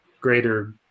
greater